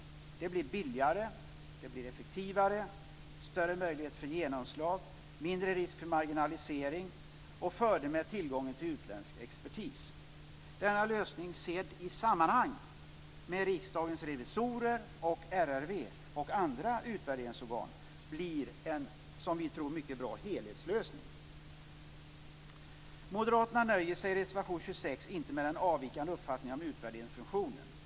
Det bli billigare. Det blir effektivare. Det blir större möjligheter för genomslag, mindre risk för marginalisering och fördelar när det gäller tillgången till utländsk expertis. Denna lösning, sedd i sammanhang med Riksdagens revisorer, RRV och andra utvärderingsorgan blir, som vi tror, en mycket bra helhetslösning. Moderaterna nöjer sig i reservation 26 inte med den avvikande uppfattningen om utvärderingsfunktionen.